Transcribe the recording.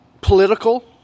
political